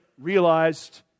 realized